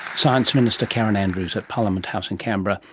science minister karen andrews at parliament house in canberra.